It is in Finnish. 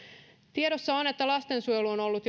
tiedossa on että lastensuojelu on on ollut